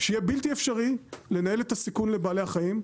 שיהיה בלתי אפשרי לנהל את הסיכון לבעלי החיים,